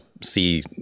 see